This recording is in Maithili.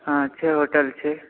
हॅं छै होटल छै